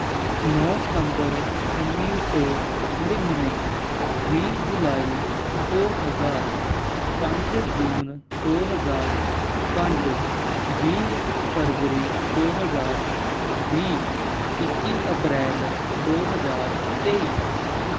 ਨੌਂ ਸਤੰਬਰ ਉੱਨੀ ਸੌ ਨੜੇਨਵੇਂ ਵੀਹ ਜੁਲਾਈ ਦੋ ਹਜ਼ਾਰ ਪੰਜ ਜੂਨ ਦੋ ਹਜ਼ਾਰ ਪੰਜ ਵੀਹ ਫ਼ਰਵਰੀ ਦੋ ਹਜ਼ਾਰ ਵੀਹ ਇੱਕੀ ਅਪ੍ਰੈਲ ਦੋ ਹਜ਼ਾਰ ਤੇਈ